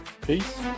Peace